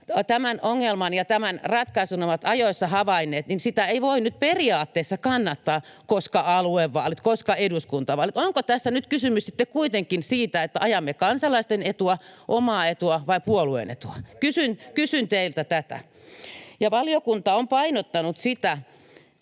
tämän ongelman ja tämän ratkaisun ovat ajoissa havainneet, niin sitä ei voi nyt periaatteessa kannattaa, koska aluevaalit, koska eduskuntavaalit? Onko tässä nyt kysymys sitten kuitenkin siitä, että ajamme kansalaisten etua, omaa etua vai puolueen etua? Kysyn teiltä tätä. Valiokunta on painottanut sitä,